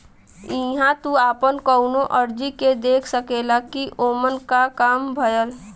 इहां तू आपन कउनो अर्जी के देख सकेला कि ओमन क काम भयल